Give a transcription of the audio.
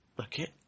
okay